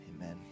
Amen